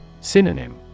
Synonym